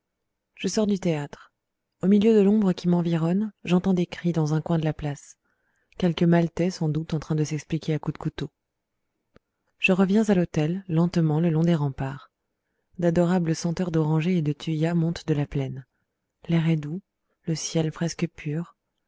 je sors du théâtre au milieu de l'ombre qui m'environne j'entends des cris dans un coin de la place quelques maltais sans doute en train de s'expliquer à coups de couteau je reviens à l'hôtel lentement le long des remparts d'adorables senteurs d'orangers et de thuyas montent de la plaine l'air est doux le ciel presque pur